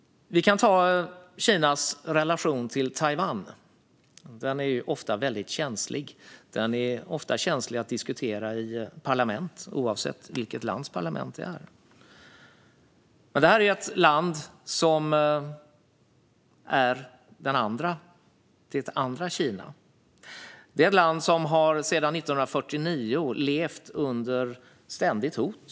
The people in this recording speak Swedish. Vi kan ta Kinas relation till Taiwan som exempel. Denna relation är ofta väldigt känslig. Den är ofta känslig att diskutera i parlament, oavsett vilket lands parlament det är. Detta är ett land som är det andra Kina. Det är ett land som sedan 1949 har levt under ständigt hot.